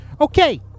Okay